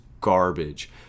garbage